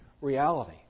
reality